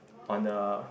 on a